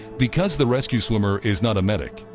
because the rescue swimmer is not a medic,